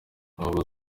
aho